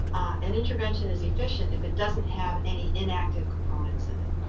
an intervention is efficient if it doesn't have any inactive components in it.